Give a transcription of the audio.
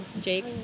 Jake